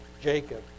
Jacob